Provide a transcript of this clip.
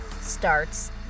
starts